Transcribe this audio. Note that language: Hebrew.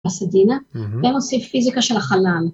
בסדינה, ונוסיף פיזיקה של החלל.